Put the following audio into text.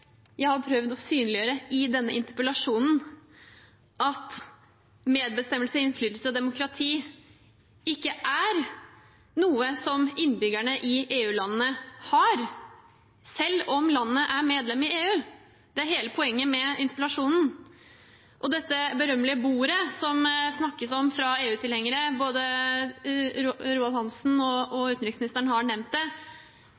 jeg har prøvd å synliggjøre i denne interpellasjonen, at medbestemmelse, innflytelse og demokrati ikke er noe som innbyggerne i EU-landene har, selv om landet er medlem i EU. Det er hele poenget med interpellasjonen. Og når det gjelder dette berømmelige bordet som det snakkes om fra EU-tilhengere, både representanten Svein Roald Hansen og